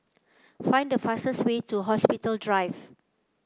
find the fastest way to Hospital Drive